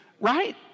right